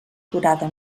durada